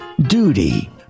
Duty